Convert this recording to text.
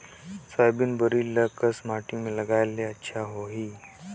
Soybean ल कस माटी मे लगाय ले अच्छा सोही?